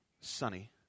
sunny